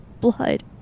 blood